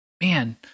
man